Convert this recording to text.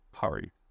Hurry